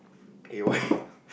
eh why